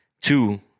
two